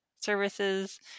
services